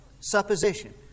supposition